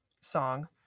song